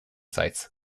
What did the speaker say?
sites